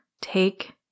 take